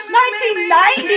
1990